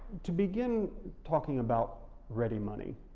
to begin talking about ready money,